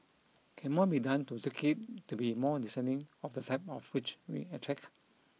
can more be done to tweak it to be more discerning of the type of rich we attract